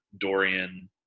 Dorian